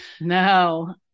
No